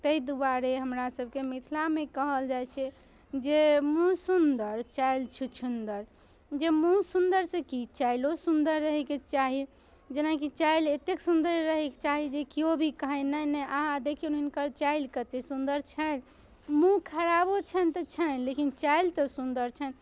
ताहि दुआरे हमरासभके मिथिलामे कहल जाइ छै जे मूँह सुन्दर चालि छुछुन्दर जे मूँह सुन्दरसँ की चालिओ सुन्दर रहयके चाही जेनाकि चालि एतेक सुन्दर रहयके चाही जे किओ भी कहै नहि नहि आहा देखियौ हिनकर चालि कतेक सुन्दर छनि मूँह खराबो छनि तऽ छनि लेकिन चालि तऽ सुन्दर छनि